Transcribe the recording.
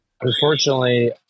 Unfortunately